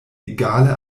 egale